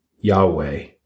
Yahweh